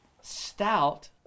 stout